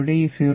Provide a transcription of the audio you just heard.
ഇവിടെ ഈ 0